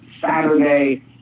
Saturday